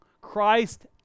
Christ